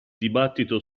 dibattito